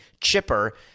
chipper